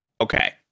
Okay